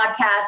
podcast